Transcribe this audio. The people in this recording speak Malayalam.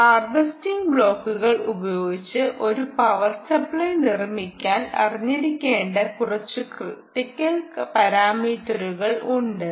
ഹാർവെസ്റ്റിംഗ് ബ്ലോക്കുകൾ ഉപയോഗിച്ച് ഒരു പവർ സപ്ലെ നിർമ്മിക്കുമ്പോൾ അറിഞ്ഞിരിക്കണ്ട കുറച്ച് ക്രിട്ടിക്കൽ പരാ മീറ്ററുകൾ ഉണ്ട്